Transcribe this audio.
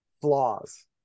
flaws